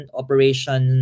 operation